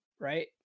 right